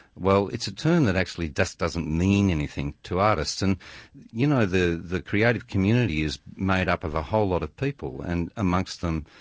well, it's a term that actually just doesn't mean anything to artists. and you know, the the creative community is made up of a whole lot of people, and amongst them,